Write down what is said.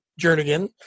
Jernigan